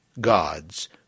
gods